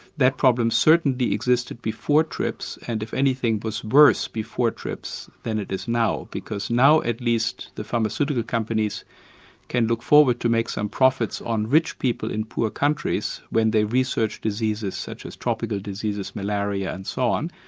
that problem certainly existed before trips and if anything was worse before trips than it is now, because now at least, the pharmaceutical companies can look forward to make some profits on rich people in poor countries when they research diseases such as tropical diseases, malaria and so on,